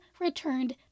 returned